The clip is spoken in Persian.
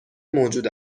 موجود